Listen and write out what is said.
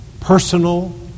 personal